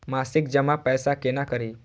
मासिक जमा पैसा केना करी?